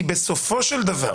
כי בסופו של דבר